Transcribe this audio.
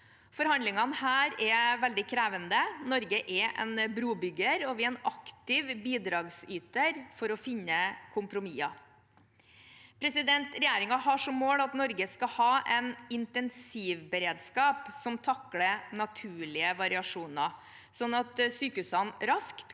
Forhandlingene er veldig krevende. Norge er en brobygger, og vi er en aktiv bidragsyter for å finne kompromisser. Regjeringen har som mål at Norge skal ha en intensivberedskap som takler naturlige variasjoner, slik at sykehusene raskt